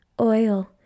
oil